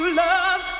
love